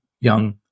young